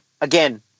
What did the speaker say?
again